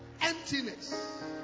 emptiness